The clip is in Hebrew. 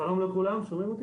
שלום לכולם, אני